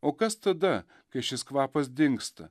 o kas tada kai šis kvapas dingsta